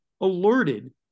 Alerted